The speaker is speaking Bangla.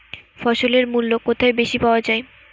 ফসলের মূল্য কোথায় বেশি পাওয়া যায়?